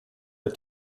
der